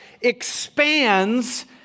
expands